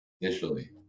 initially